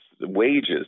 wages